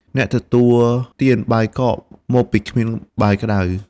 អ្នកទទួលទានបាយកក មកពីគ្មានបាយក្ដៅ ។